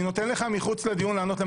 אני נותן לך מחוץ לדיון לענות.